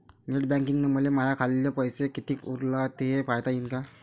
Net बँकिंगनं मले माह्या खाल्ल पैसा कितीक उरला थे पायता यीन काय?